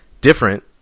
different